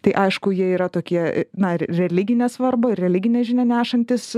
tai aišku jie yra tokie na ir religinę svarbą ir religinę žinią nešantys